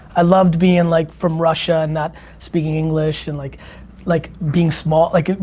i loved being like from russia and not speaking english and like like being small like,